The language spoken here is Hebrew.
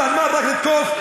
כל הזמן רק לתקוף,